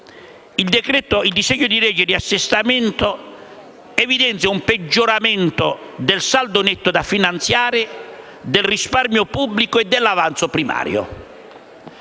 il disegno di legge di assestamento evidenzia un peggioramento del saldo netto da finanziare, del risparmio pubblico e dell'avanzo primario.